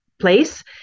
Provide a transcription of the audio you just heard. place